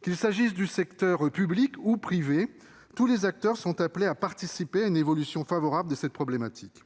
Qu'il s'agisse du secteur public ou privé, tous les acteurs sont appelés à participer à une évolution favorable sur cette problématique.